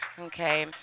okay